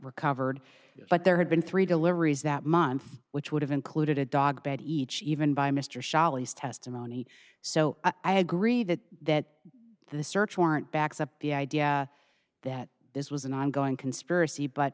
recovered but there had been three deliveries that month which would have included a dog bed each even by mr shah lee's testimony so i agree that that the search warrant backs up the idea that this was an ongoing conspiracy but